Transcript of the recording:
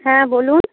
হ্যাঁ বলুন